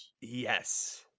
Yes